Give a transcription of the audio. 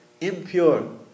impure